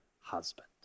husband